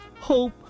hope